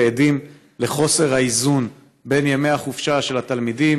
ועדים לחוסר האיזון בין ימי החופשה של התלמידים